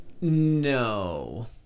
No